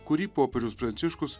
kurį popiežius pranciškus